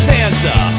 Santa